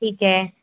ठीक है